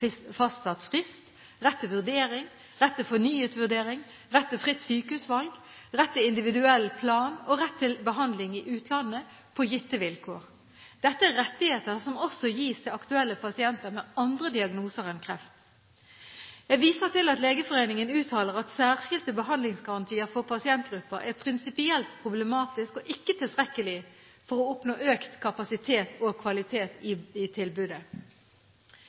individuelt fastsatt frist, rett til vurdering, rett til fornyet vurdering, rett til fritt sykehusvalg, rett til individuell plan og rett til behandling i utlandet på gitte vilkår. Dette er rettigheter som også gis til aktuelle pasienter med andre diagnoser enn kreft. Jeg viser til at Legeforeningen uttaler at særskilte behandlingsgarantier for pasientgrupper er prinsipielt problematisk og ikke tilstrekkelig for å oppnå økt kapasitet og kvalitet i tilbudet. Vi er inne i